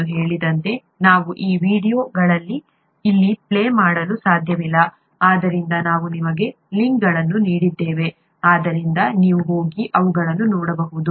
ನಾನು ಹೇಳಿದಂತೆ ನಾವು ಈ ವೀಡಿಯೊಗಳನ್ನು ಇಲ್ಲಿ ಪ್ಲೇ ಮಾಡಲು ಸಾಧ್ಯವಿಲ್ಲ ಆದ್ದರಿಂದ ನಾವು ನಿಮಗೆ ಲಿಂಕ್ಗಳನ್ನು ನೀಡಿದ್ದೇವೆ ಆದ್ದರಿಂದ ನೀವು ಹೋಗಿ ಅವುಗಳನ್ನು ನೋಡಬಹುದು